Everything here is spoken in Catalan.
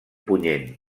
punyent